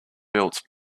built